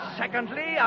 secondly